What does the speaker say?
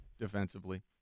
defensively